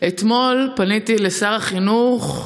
אתמול פניתי לשר החינוך,